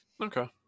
Okay